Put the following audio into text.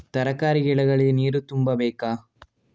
ತರಕಾರಿ ಗಿಡಗಳಿಗೆ ನೀರು ತುಂಬಬೇಕಾ?